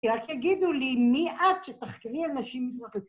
כי רק יגידו לי מי את שתחקרי על נשים מזרחיות.